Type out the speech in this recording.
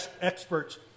experts